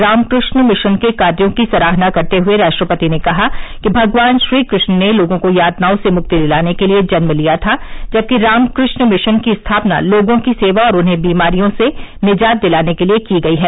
Ramakrishna mission के कार्यो की सराहना करते हुए राष्ट्रपति ने कहा कि भगवान श्रीकृष्ण ने लोगों को यातनाओं से मुक्ति दिलाने के लिये जन्म लिया था जबकि रामकृष्ण मिशन की स्थापना लोगों की सेवा और उन्हें बीमारियों से निजात दिलाने के लिये की गई है